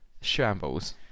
Shambles